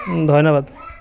ধন্যবাদ